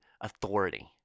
authority